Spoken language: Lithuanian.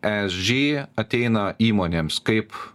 esg ateina įmonėms kaip